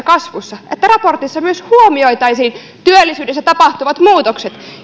kasvussa raportissa myös huomioitaisiin työllisyydessä tapahtuvat muutokset